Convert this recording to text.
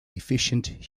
efficient